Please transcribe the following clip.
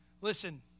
listen